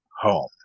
home